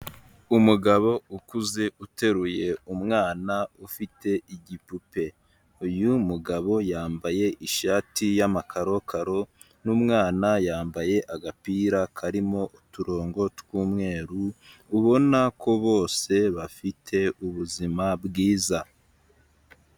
Umugabo ukuze uteruye umwana ufite igipupe, uyu mugabo yambaye ishati y'amakarokaro n'umwana yambaye agapira karimo uturongo tw'umweru ubona ko bose bafite ubuzima bwiza.